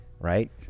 right